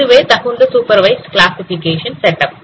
இதுவே தகுந்த supervised classification setup